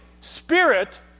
spirit